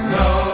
no